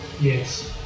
Yes